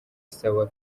sawa